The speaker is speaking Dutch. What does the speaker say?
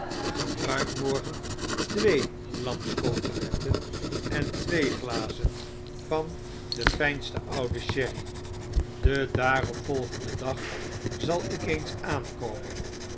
gebruik morgen twee lamscoteletten en twee glazen van den lijnsten ouden sherry den daarop volgenden dag zalikeens aankomen